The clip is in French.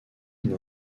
une